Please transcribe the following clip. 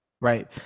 Right